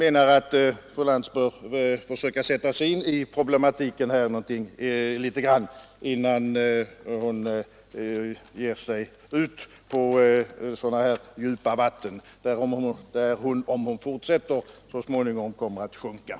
Fru Lantz bör försöka sätta sig in i problematiken litet bättre, så att hon inte i denna fråga kommer ut på så djupa vatten att hon — om hon fortsätter — så småningom sjunker.